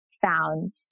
found